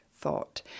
thought